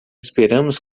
esperamos